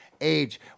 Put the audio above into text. age